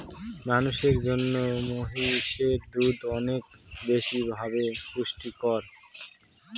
মানুষের জন্য মহিষের দুধ অনেক বেশি ভাবে পুষ্টিকর